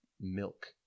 milk